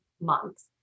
months